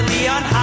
Leon